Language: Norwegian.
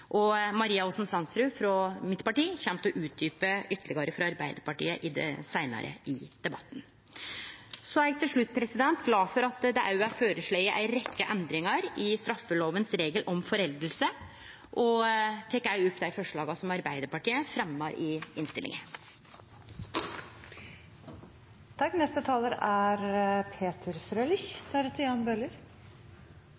grupper. Maria Aasen-Svensrud frå mitt parti kjem til å utdjupe ytterlegare for Arbeidarpartiet seinare i debatten. Til slutt: Eg er glad for at det òg er føreslått ei rekkje endringar i straffelovens regel om forelding, og eg anbefaler innstillinga, som Arbeidarpartiet